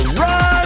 run